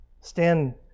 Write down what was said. Stand